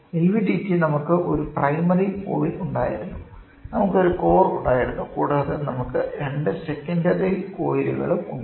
LVDT നമുക്ക് ഒരു primary coil ഉണ്ടായിരുന്നു നമുക്ക് ഒരു കോർ ഉണ്ടായിരുന്നു കൂടാതെ നമുക്ക് 2 സെക്കൻഡറി കോയിലുകളും ഉണ്ട്